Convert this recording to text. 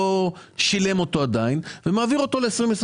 שילם אותו עדיין ומעביר אותו ל-2022.